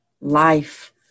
life